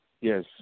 Yes